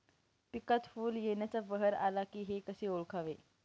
पिकात फूल येण्याचा बहर आला हे कसे ओळखावे?